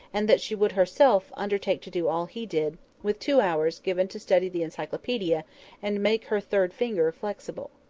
and that she would, herself, undertake to do all he did, with two hours given to study the encyclopaedia and make her third finger flexible.